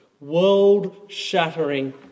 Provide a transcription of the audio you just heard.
world-shattering